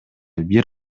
бир